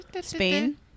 Spain